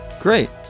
Great